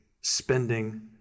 spending